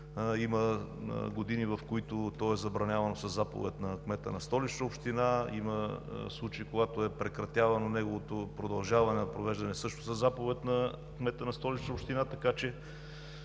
Има години, в които то е забранявано със заповед на кмета на Столична община. Има случаи, когато е прекратявано неговото провеждане също със заповед на кмета на Столична община. Аз,